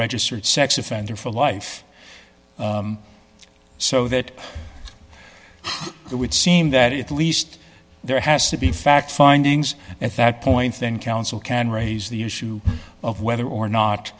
registered sex offender for life so that it would seem that at least there has to be fact findings at that point then counsel can raise the issue of whether or